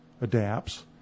adapts